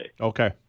Okay